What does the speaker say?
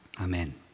Amen